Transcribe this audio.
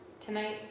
Tonight